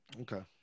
Okay